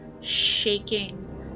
shaking